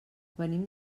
venim